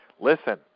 listen